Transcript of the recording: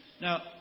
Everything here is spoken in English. Now